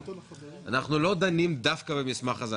אנחנו לא דנים דווקא במסמך הזה.